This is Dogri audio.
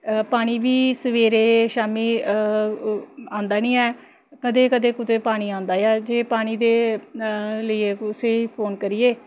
पानी बी सबैह्रे शामीं आंदा निं ऐ कदें कदें कुतै पानी आंदा ऐ जे पानी दे लेइयै कुसै ई फोन करियै